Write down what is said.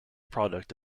product